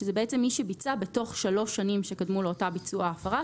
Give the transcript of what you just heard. מי שביצע בתוך שלוש שנים שקדמו לאותה ביצוע הפרה,